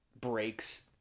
breaks